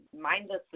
mindlessly